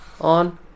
On